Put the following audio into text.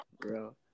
Bro